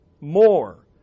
more